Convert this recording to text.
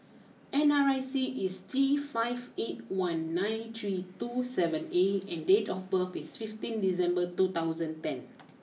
N R I C is T five eight one nine three two seven A and date of birth is fifteen December two thousand ten